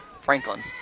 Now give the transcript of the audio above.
Franklin